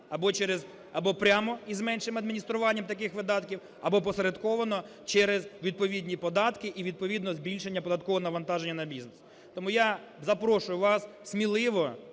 або прямо, із меншим адмініструванням таких видатків, або опосередковано, через відповідні податки і відповідно збільшення податкового навантаження на бізнес. Тому я запрошую вас сміливо,